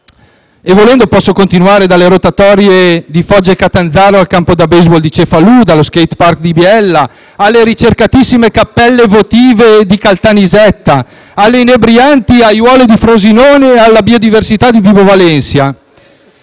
Volendo, posso continuare con le rotatorie di Foggia e Catanzaro, il campo da baseball di Cefalù, lo *skate park* di Biella, le ricercatissime cappelle votive di Caltanissetta, le inebrianti aiuole di Frosinone e la biodiversità di Vibo Valentia.